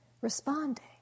Responding